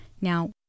Now